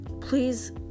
please